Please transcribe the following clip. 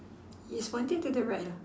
is pointing to the right lah